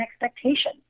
expectation